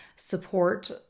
Support